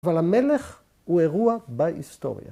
‫אבל המלך הוא אירוע בהיסטוריה.